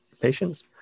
patients